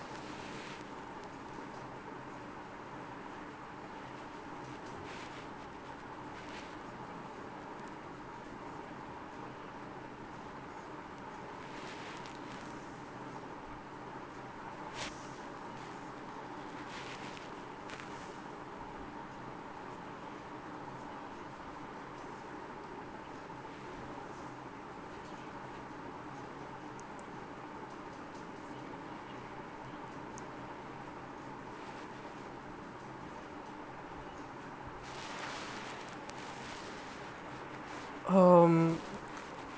um